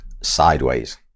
sideways